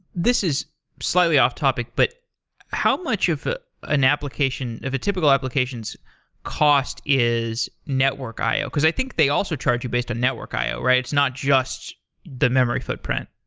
this is slightly off topic, but how much of an application of a typical application's cost is network io? because i think they also charge you based on network io, right? it's not just the memory footprint.